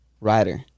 rider